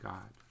God